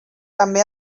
també